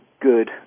good